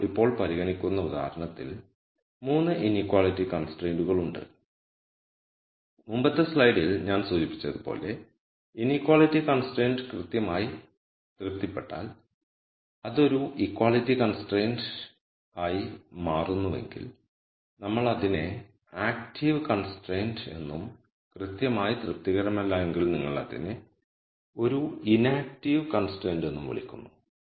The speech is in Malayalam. നമ്മൾ ഇപ്പോൾ പരിഗണിക്കുന്ന ഉദാഹരണത്തിൽ 3 ഇനീക്വളിറ്റി കൺസ്ട്രെന്റുകളുണ്ട് മുമ്പത്തെ സ്ലൈഡിൽ ഞാൻ സൂചിപ്പിച്ചതുപോലെ ഇനീക്വാളിറ്റി കൺസ്ട്രയിന്റ് കൃത്യമായി തൃപ്തിപ്പെട്ടാൽ അത് ഒരു ഇക്വാളിറ്റി കൺസ്ട്രയിന്റ് ആയിമാറുന്നുവെങ്കിൽ നമ്മൾ അതിനെ ആക്റ്റീവ് കൺസ്ട്രൈന്റ് എന്നും കൃത്യമായി തൃപ്തികരമല്ല എങ്കിൽ നമ്മൾ അതിനെ ഒരു ഇനാക്റ്റീവ് കൺസ്ട്രൈന്റ് എന്നും വിളിക്കുന്നു